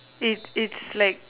it it's like